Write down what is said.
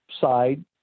side